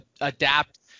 adapt